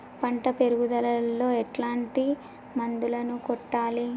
పంట పెరుగుదలలో ఎట్లాంటి మందులను కొట్టాలి?